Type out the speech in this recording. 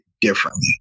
Differently